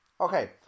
okay